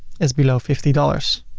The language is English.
it's below fifty dollars,